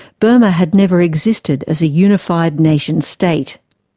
burma had never existed as a unified nation state.